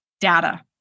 data